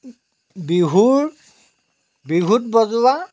বিহুৰ বিহুত বজোৱা